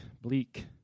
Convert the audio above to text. bleak